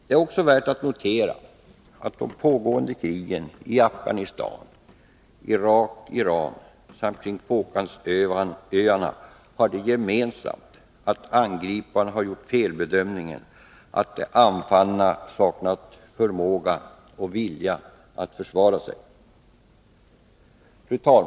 Det är värt att notera att de pågående krigen i Afghanistan, Irak och Iran samt kring Falklandsöarna har det gemensamt att angriparna har gjort felbedömningen att de anfallna saknat förmåga och vilja att försvara sig. Fru talman!